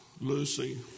Lucy